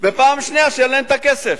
ופעם שנייה שאין להם הכסף.